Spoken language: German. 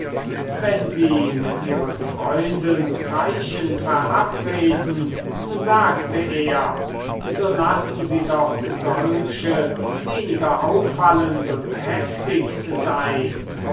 wenn sie mit ihren freunden zeichen verabreden sagte er so lassen sie doch solche weniger auffallend und heftig sein